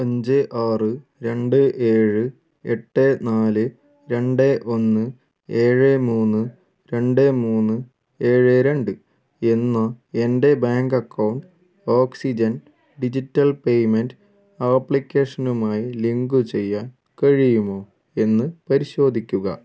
അഞ്ച് ആറ് രണ്ട് ഏഴ് എട്ട് നാല് രണ്ട് ഒന്ന് ഏഴ് മൂന്ന് രണ്ട് മൂന്ന് ഏഴ് രണ്ട് എന്ന എൻ്റെ bank account oxygen digital payment ആപ്ലിക്കേഷനുമായി ലിങ്ക് ചെയ്യാൻ കഴിയുമോ എന്ന് പരിശോധിക്കുക